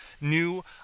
new